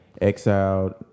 exiled